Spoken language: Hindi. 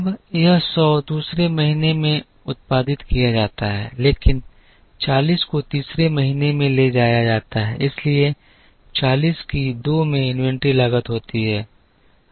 अब यह सौ दूसरे महीने में उत्पादित किया जाता है लेकिन 40 को तीसरे महीने में ले जाया जाता है इसलिए 40 की 2 में इन्वेंट्री लागत होती है